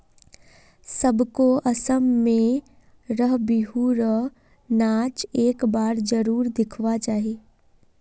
सबको असम में र बिहु र नाच एक बार जरुर दिखवा चाहि